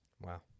Wow